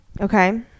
Okay